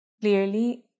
clearly